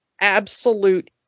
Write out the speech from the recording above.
absolute